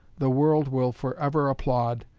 the world will forever applaud,